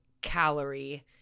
calorie